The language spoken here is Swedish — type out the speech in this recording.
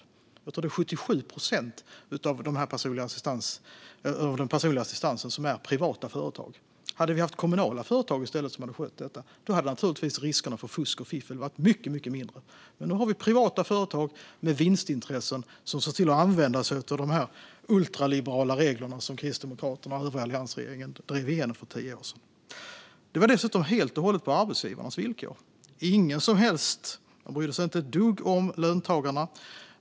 Jag tror att det är 77 procent av den personliga assistansen som utförs av privata företag. Hade vi i stället haft kommunala företag som skött detta hade riskerna för fusk och fiffel naturligtvis varit mycket mindre. Men nu har vi privata företag med vinstintressen som ser till att använda sig av dessa ultraliberala regler, som Kristdemokraterna och övriga alliansregeringen drev igenom för tio år sedan. Det gjordes dessutom helt på arbetsgivarens villkor. Man brydde sig inte ett dugg om löntagarna.